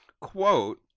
Quote